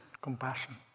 compassion